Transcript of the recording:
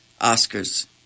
Oscar's